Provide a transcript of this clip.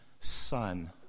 Son